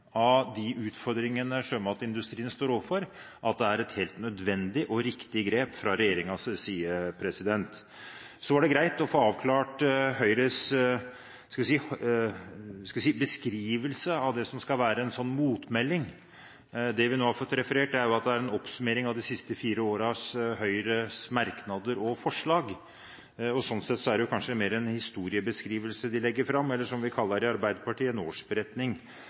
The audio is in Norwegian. av de utfordringene sjømatindustrien står overfor, er et helt nødvendig og riktig grep fra regjeringens side. Så var det greit å få avklart Høyres, skal vi si, beskrivelse av det som skal være en motmelding. Det vi nå har fått referert, er at det er en oppsummering av Høyres merknader og forslag de siste fire årene. Sånn sett er det kanskje mer en historiebeskrivelse de legger fram, eller, som vi kaller det i Arbeiderpartiet, en årsberetning,